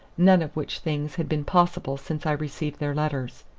none of which things had been possible since i received their letters.